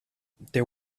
there